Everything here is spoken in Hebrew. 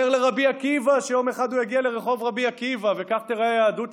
שהעגלה עמוסה רק בדפי גמרא וכך היא צריכה להיות,